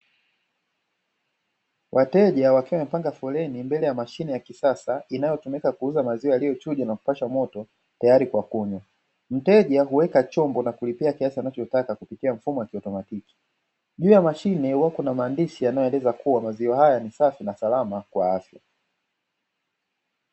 Wateja wakiwa wamepanga foleni mbele ya mashine ya kisasa inayotumika kuuza maziwa yaliyochuja na kupashwa moto tayari kwa kunywa mteja huweka chombo na kulipia kiasi anachotaka kupitia mfumo wa kike. Juu ya mashine huwa kuna maandishi haya ni safi na salama kwa afya.